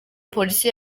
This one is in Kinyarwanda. polisi